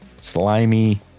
Slimy